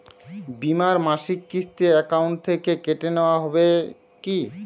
বিমার মাসিক কিস্তি অ্যাকাউন্ট থেকে কেটে নেওয়া হবে কি?